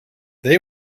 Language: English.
they